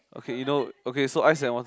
okay you know okay so ice and